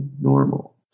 normal